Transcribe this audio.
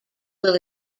will